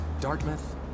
Dartmouth